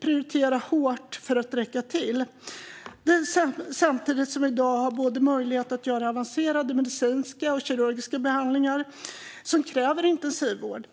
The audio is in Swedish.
prioriteras hårt för att räcka till. Samtidigt har vi i dag möjlighet att göra avancerade medicinska och kirurgiska behandlingar som kräver intensivvård.